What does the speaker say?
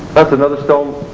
that's another stone.